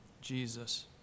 Jesus